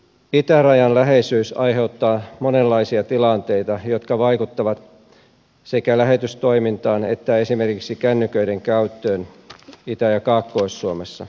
itärajan läheisyys aiheuttaa monenlaisia tilanteita jotka vaikuttavat sekä lähetystoimintaan että esimerkiksi kännyköiden käyttöön itä ja kaakkois suomessa